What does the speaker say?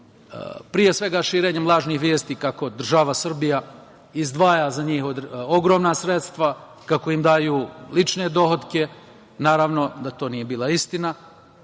pre svega širenjem lažnih vesti kako država Srbija izdvaja za njih ogromna sredstva, kako im daju lične dohotke. Naravno da to nije bila istina,